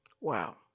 Wow